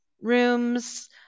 rooms